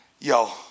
Yo